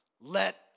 let